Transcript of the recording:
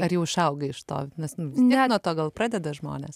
ar jau išaugai iš to nes nu vistiek nuo to gal pradeda žmonės